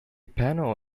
panel